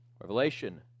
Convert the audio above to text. Revelation